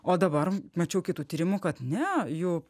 o dabar mačiau kitų tyrimų kad ne jų